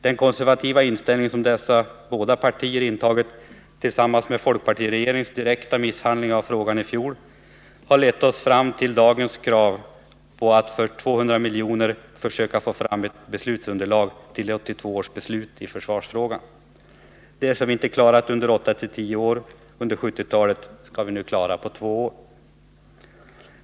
Denna konservativa inställning som dessa båda partier gett uttryck för samt folkpartiregeringens direkta misshandel av frågan i fjol har lett oss fram till dagens krav: att för 200 miljoner försöka att få fram beslutsunderlag på 1982 års beslut i försvarsfrågan. Det som vi inte klarat under åtta till tio år under 1970-talet skall vi nu klara av på två år!